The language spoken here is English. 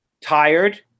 tired